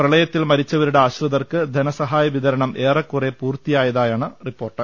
പ്രളയത്തിൽ മരിച്ചവരുടെ ആശ്രിതർക്ക് ധനസഹായവിതരണം ഏറെക്കുറെ പൂർത്തി യായതായാണ് റിപ്പോർട്ട്